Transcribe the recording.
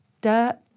Dirt